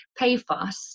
Payfast